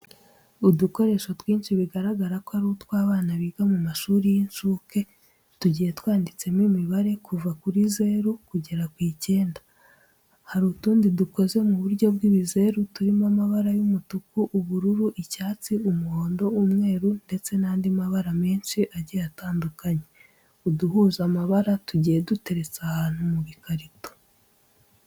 Udukoresho twinshi bigaragara ko ari utw'abana biga mu mashuri y'inshuke, tugiye twanditseho imibare kuva kuri zeru kugera ku icyenda. Hari utundi dukoze mu buryo bw'ibizeru turimo amabara y'umutuku, ubururu, icyatsi, umuhondo, umweru ndetse n'andi mabara menshi agiye atandukanye. Uduhuje amabara tugiye duteretse ahantu mu bikarito.